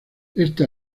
esta